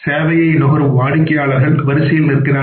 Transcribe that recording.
சேவையை நுகரும் வாடிக்கையாளர்கள் வரிசையில் நிற்கிறார்கள்